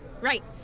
Right